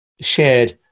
shared